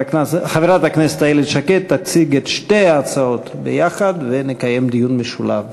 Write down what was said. חברת הכנסת איילת שקד תציג את שתי ההצעות ביחד ונקיים דיון משולב.